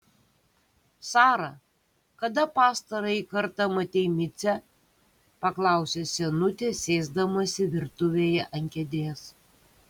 sara kada pastarąjį kartą matei micę paklausė senutė sėsdamasi virtuvėje ant kėdės